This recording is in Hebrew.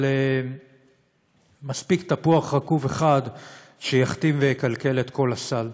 אבל מספיק תפוח רקוב אחד שיחטיא ויקלקל את כל הסל.